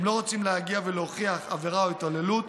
הם לא רוצים להגיע ולהוכיח עבירה או התעללות,